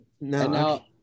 now –